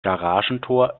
garagentor